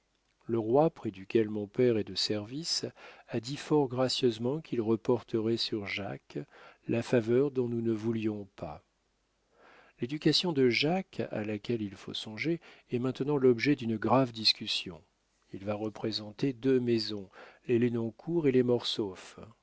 le roi près duquel mon père est de service a dit fort gracieusement qu'il reporterait sur jacques la faveur dont nous ne voulions pas l'éducation de jacques à laquelle il faut songer est maintenant l'objet d'une grave discussion il va représenter deux maisons les lenoncourt et les mortsauf